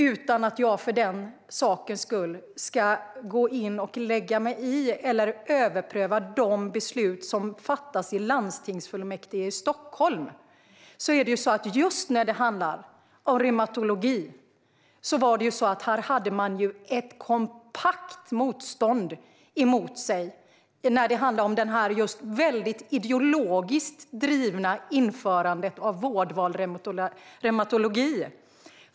Utan att jag för den sakens skull ska gå in och lägga mig i eller överpröva de beslut som fattas i landstingsfullmäktige i Stockholm är det så att just när det handlar om reumatologi var det ett kompakt motstånd mot det väldigt ideologiskt drivna införandet av Vårdval reumatologi.